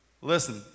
Listen